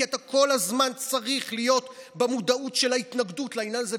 כי אתה כל הזמן צריך להיות במודעות של ההתנגדות לעניין זה.